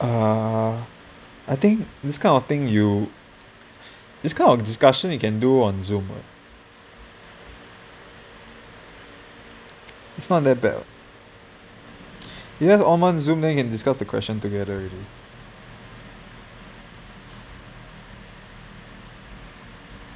uh I think this kind of thing you this kind of discussion you can do on Zoom what it's not that bad what you just ask everyone come on Zoom then can discuss the question together already